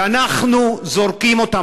ואנחנו זורקים אותם.